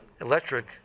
electric